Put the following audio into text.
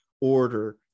order